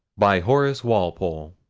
by horace walpole.